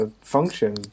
function